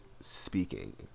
speaking